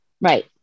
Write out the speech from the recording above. Right